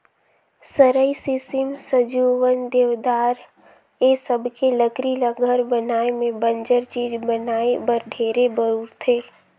सरई, सीसम, सजुवन, देवदार ए सबके लकरी ल घर बनाये में बंजर चीज बनाये बर ढेरे बउरथे